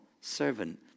servant